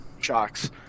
Shocks